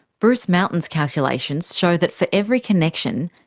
bruce mountain's calculations show that for every connection,